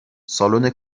سالن